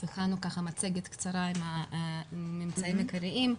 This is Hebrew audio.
הכנו מצגת קצרה עם הממצאים העיקריים.